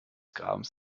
grabens